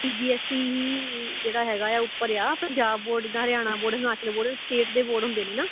ਸੀ B S E ਹੀ ਜਿਹੜਾ ਹੈਗਾ ਆ ਉੱਪਰ ਆ ਪੰਜਾਬ ਬੋਰਡ ਦਾ Haryana board Himachal board state ਦੇ ਬੋਰਡ ਹੁੰਦੇ ਨੇ ਨਾ